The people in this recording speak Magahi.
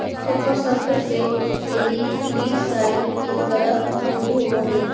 कॉपर सल्फेट के एल्गीसाइड के तरह उपयोग होवऽ हई